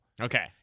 Okay